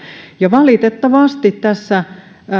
ja valitettavasti